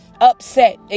upset